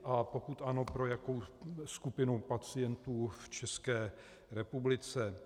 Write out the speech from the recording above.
A pokud ano, pro jakou skupinu pacientů v České republice.